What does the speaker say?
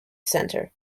centre